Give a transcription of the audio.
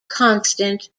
constant